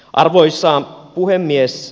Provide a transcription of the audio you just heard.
arvoisa puhemies